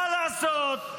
מה לעשות?